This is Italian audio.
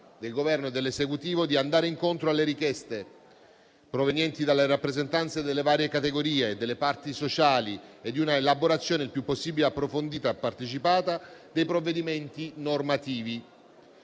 del Governo di andare incontro alle richieste provenienti dalle rappresentanze delle varie categorie e delle parti sociali di una elaborazione il più possibile approfondita e partecipata dei provvedimenti normativi,